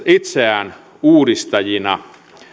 itseään uudistajina